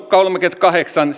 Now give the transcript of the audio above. kolmekymmentäkahdeksan